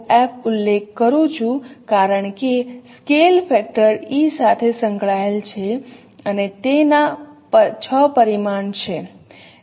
f ઉલ્લેખ કરું છું કારણ કે સ્કેલ ફેક્ટર E સાથે સંકળાયેલ છે અને તેમાં 6 પરિમાણ છે